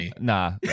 Nah